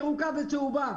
ירוקה וצהובה,